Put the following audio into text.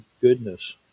goodness